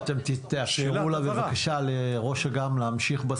תאפשרו בבקשה לראשת אג"מ להמשיך בסקירה.